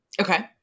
Okay